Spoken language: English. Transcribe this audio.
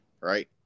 right